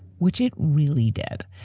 which it really did.